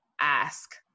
ask